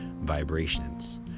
vibrations